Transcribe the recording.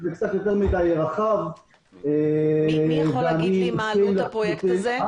זה קצת יותר מדי רחב -- מי יכול להגיד לי מה עלות הפרויקט הזה?